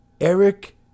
Eric